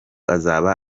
azaba